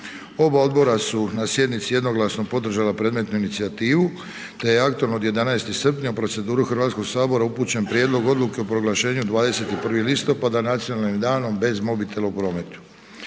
Oba odbora su na sjednici jednoglasno podržala predmetnu inicijativu te je aktom od 11. srpnja u proceduru Hrvatskog sabora upućen prijedlog Odluke o proglašenju 21. listopada Nacionalnim danom bez mobitela u prometu.